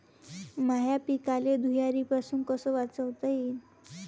माह्या पिकाले धुयारीपासुन कस वाचवता येईन?